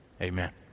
amen